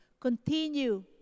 continue